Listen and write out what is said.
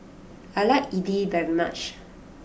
I like Idly very much